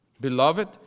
Beloved